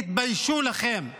תתביישו לכם.